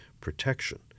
protection